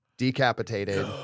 Decapitated